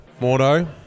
Mordo